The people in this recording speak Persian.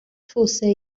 توسعه